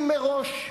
אם מראש,